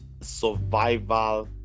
survival